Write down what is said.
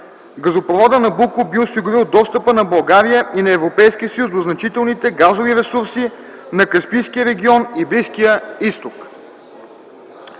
Газопроводът „Набуко” би осигурил достъпа на България и на Европейския съюз до значителните газови ресурси на Каспийския регион и Близкия Изток.